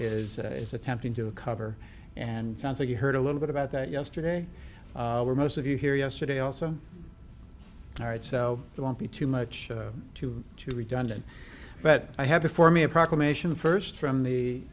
is is attempting to cover and sounds like you heard a little bit about that yesterday where most of you here yesterday also all right so there won't be too much to do redundant but i have to form a proclamation first from the